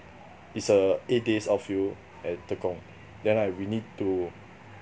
it's a eight days outfield at tekong then like we need to